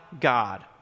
God